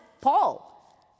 paul